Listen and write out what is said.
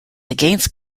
against